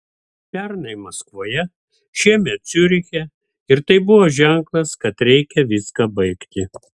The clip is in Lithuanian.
pernai maskvoje šiemet ciuriche ir tai buvo ženklas kad reikia viską baigti